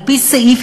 על-פי סעיף,